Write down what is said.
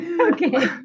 Okay